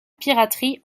piraterie